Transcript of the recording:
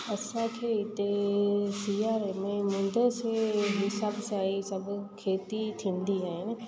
असांखे हिते सीआरे में मुंदि जे हिसाब सां ई सभु खेती थींदी आहिनि